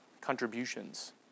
contributions